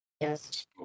Yes